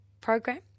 program